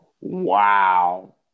Wow